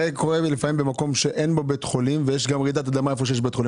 לפעמים קורית רעידת אדמה גם במקום שהוא לא בית חולים וגם בבית חולים,